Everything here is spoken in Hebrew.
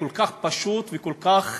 כל כך פשוט וכל כך